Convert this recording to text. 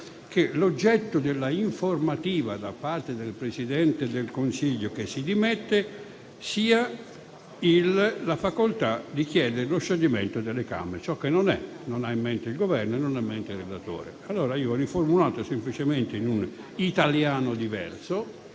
che l'oggetto dell'informativa da parte del Presidente del Consiglio che si dimette sia la facoltà di chiedere lo scioglimento delle Camere, ciò che non è, non ha in mente il Governo e non ha in mente il relatore. Allora ho riformulato la norma semplicemente in un italiano diverso,